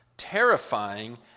Terrifying